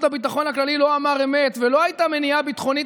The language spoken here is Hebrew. הביטחון הכללי לא אמר אמת ולא הייתה מניעה ביטחונית